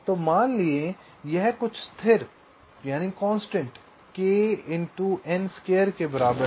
तो मान लें कि यह कुछ स्थिर के बराबर है